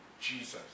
Jesus